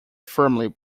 firmly